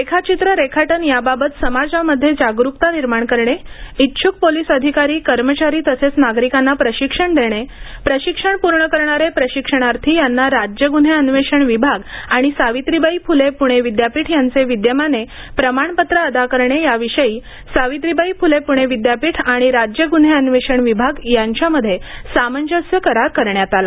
रेखाचित्र रेखाटन याबाबत समाजामध्ये जागरूकता निर्माण करणे इच्छुक पोलीस अधिकारी कर्मचारी तसेच नागरिकांना प्रशिक्षण देणे प्रशिक्षण पूर्ण करणारे प्रशिक्षणार्थी यांना राज्य गुन्हे अन्वेषण विभाग आणि सावित्रीबाई फुले पुणे विद्यापीठ यांचे विद्यमाने प्रमाणपत्र अदा करणे याविषयी सावित्रीबाई फुले पुणे विद्यापीठ आणि राज्य गुन्हे अन्वेषण विभाग यांच्यामध्ये सामंजस्य करार करण्यात आला